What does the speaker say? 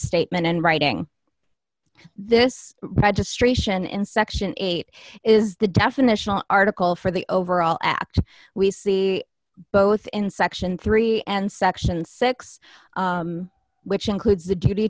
statement in writing this registration in section eight is the definitional article for the overall act we see both in section three and section six which includes the